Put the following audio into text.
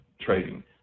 trading